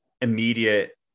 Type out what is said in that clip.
immediate